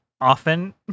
often